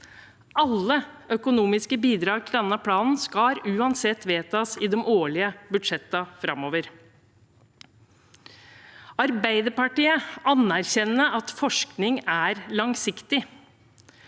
Alle økonomiske bidrag til denne planen skal uansett vedtas i de årlige budsjettene framover. Arbeiderpartiet anerkjenner at forskning er langsiktig.